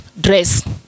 dress